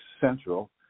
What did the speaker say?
Central